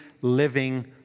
living